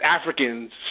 Africans